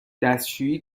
دستشویی